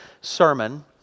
sermon